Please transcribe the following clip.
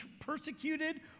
persecuted